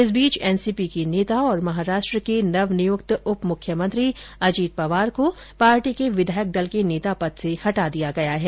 इस बीच एनसीपी के नेता और महाराष्ट्र के नवनियुक्त उप मुख्यमंत्री अजीत पंवार को पार्टी के विधायक दल के नेता पद से हटा दिया है